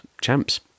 champs